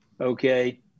Okay